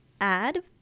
add